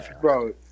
bro